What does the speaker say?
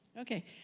Okay